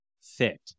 fit